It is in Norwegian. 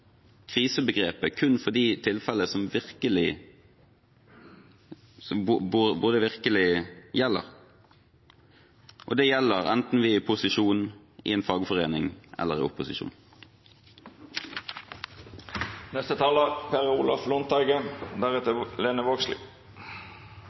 krisebegrepet kun for de tilfellene hvor det virkelig gjelder. Det gjelder enten vi er i posisjon, i en fagforening eller i